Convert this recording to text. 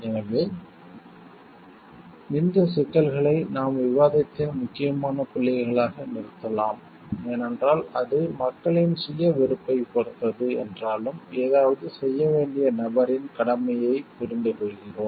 எனவே இந்த சிக்கல்களை நாம் விவாதத்தின் முக்கியமான புள்ளிகளாக நிறுத்தலாம் ஏனென்றால் அது மக்களின் சுய பொறுப்பைப் பொறுத்தது என்றாலும் ஏதாவது செய்ய வேண்டிய நபரின் கடமையைப் புரிந்துகொள்கிறோம்